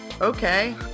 okay